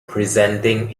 presenting